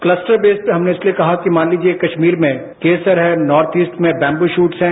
cluster base पर हमने इसलिये कहा कि मान लीजिये कश्मीर में केसर है नॉर्थ ईस्ट में बैम्बू शुट्स हैं